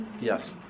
Yes